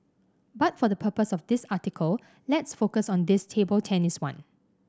but for the purpose of this article let's focus on this table tennis one